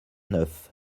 neuf